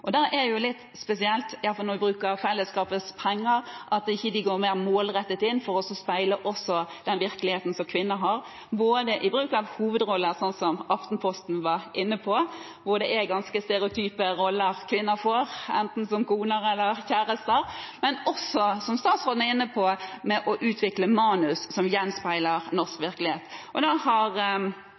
er litt spesielt, i hvert fall når man bruker fellesskapets penger, at de ikke går mer målrettet inn for å speile også den virkeligheten som kvinner har, både ved bruk av hovedroller, slik Aftenposten var inne på, for det er ganske stereotype roller kvinner får, enten som koner eller som kjærester, og også, som statsråden var inne på, ved å utvikle manus som gjenspeiler norsk virkelighet. Skuespillerforbundet har